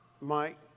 Mike